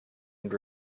and